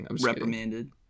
reprimanded